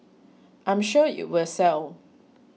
I'm sure it will sell